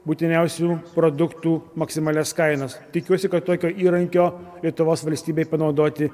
būtiniausių produktų maksimalias kainas tikiuosi kad tokio įrankio lietuvos valstybei panaudoti